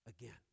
again